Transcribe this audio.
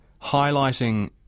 highlighting